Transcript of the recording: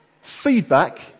feedback